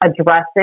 addressing